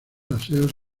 aseos